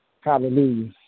Hallelujah